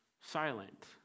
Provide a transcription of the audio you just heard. silent